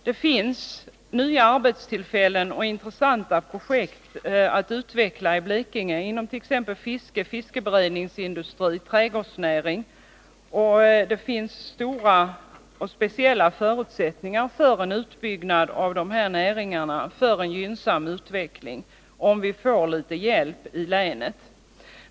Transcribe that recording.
Det finns nya arbetstillfällen och intressanta projekt att utveckla i Blekinge inom t.ex. fiske, fiskberedningsindustri och trädgårdsnäring. Det finns stora och speciella förutsättningar för en utbyggnad av de här näringarna och för en gynnsam utveckling, om vi får litet hjälp i länet.